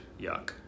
yuck